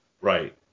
Right